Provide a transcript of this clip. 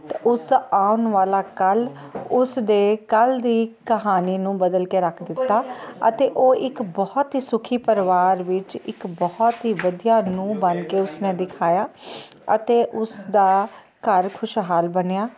ਤਾਂ ਉਸਦਾ ਆਉਣ ਵਾਲਾ ਕੱਲ੍ਹ ਉਸ ਦੇ ਕੱਲ੍ਹ ਦੀ ਕਹਾਣੀ ਨੂੰ ਬਦਲ ਕੇ ਰੱਖ ਦਿੱਤਾ ਅਤੇ ਉਹ ਇੱਕ ਬਹੁਤ ਹੀ ਸੁਖੀ ਪਰਿਵਾਰ ਵਿੱਚ ਇੱਕ ਬਹੁਤ ਹੀ ਵਧੀਆ ਨੂੰਹ ਬਣ ਕੇ ਉਸਨੇ ਦਿਖਾਇਆ ਅਤੇ ਉਸਦਾ ਘਰ ਖੁਸ਼ਹਾਲ ਬਣਿਆ